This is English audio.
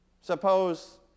Suppose